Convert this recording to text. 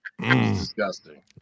Disgusting